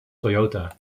toyota